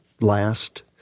last